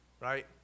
right